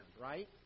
right